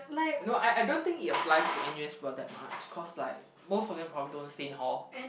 no I I don't think it applies to N_U_S for that much cause like most of them probably don't stay in hall